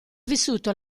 vissuto